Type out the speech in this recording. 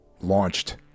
launched